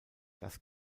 das